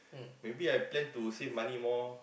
maybe I plan to save money more